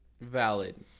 Valid